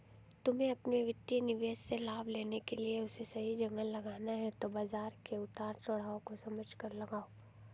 तुम्हे अपने वित्तीय निवेश से लाभ लेने के लिए उसे सही जगह लगाना है तो बाज़ार के उतार चड़ाव को समझकर लगाओ